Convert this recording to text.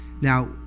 now